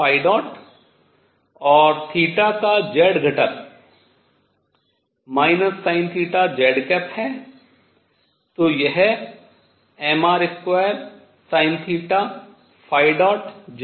mr2sinθ और θ का z घटक sinθ z है तो यह mr2sinθz आता है